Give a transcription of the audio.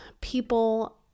people